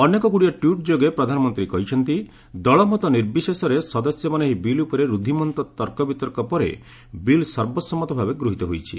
ଅନେକ ଗୁଡ଼ିଏ ଟ୍ୱିଟ୍ ଯୋଗେ ପ୍ରଧାନମନ୍ତ୍ରୀ କହିଛନ୍ତି ଦଳ ମତ ନିର୍ବିଶେଷରେ ସଦସ୍ୟମାନେ ଏହି ବିଲ୍ ଉପରେ ରୁଦ୍ଧିମନ୍ତ ତର୍କବିତର୍କ ପରେ ବିଲ୍ ସର୍ବସମ୍ମତ ଭାବେ ଗୃହିତ ହୋଇଛି